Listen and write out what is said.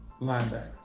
linebackers